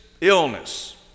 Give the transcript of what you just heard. illness